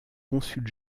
consul